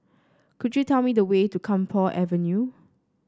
could you tell me the way to Camphor Avenue